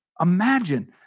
imagine